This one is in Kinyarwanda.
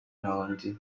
ntakundi